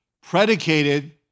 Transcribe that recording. predicated